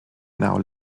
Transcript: now